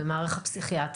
במערך הפסיכיאטריה.